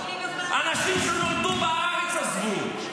אנשים שנולדו בארץ עזבו.